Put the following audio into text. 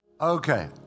Okay